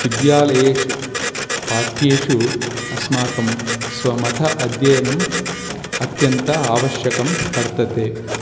विद्यालयेषु पाठ्येषु अस्माकं स्वमतम् अध्ययनम् अत्यन्तम् आवश्यकं वर्तते